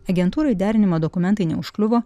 agentūrai derinimo dokumentai neužkliuvo